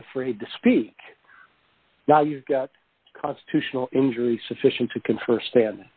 afraid to speak now you've got a constitutional injury sufficient to confer stand